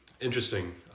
Interesting